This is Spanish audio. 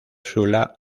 sula